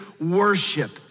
worship